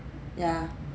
ya